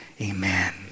Amen